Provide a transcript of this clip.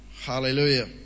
hallelujah